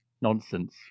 nonsense